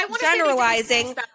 Generalizing